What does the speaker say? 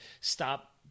Stop